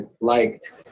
liked